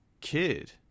kid